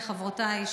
חברותיי,